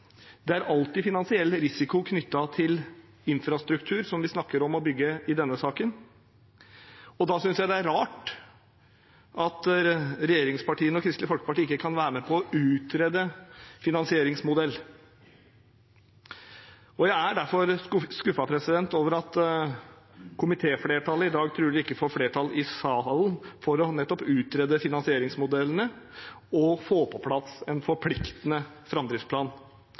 Det er alltid en finansiell risiko knyttet til infrastruktur, som vi snakker om å bygge i denne saken, og da synes jeg det er rart at regjeringspartiene og Kristelig Folkeparti ikke kan være med på å utrede finansieringsmodell. Jeg er derfor skuffet over at komitéflertallet i dag trolig ikke får flertall i salen for nettopp å utrede finansieringsmodellene og få på plass en forpliktende framdriftsplan.